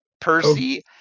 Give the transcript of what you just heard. Percy